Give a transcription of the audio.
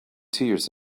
tears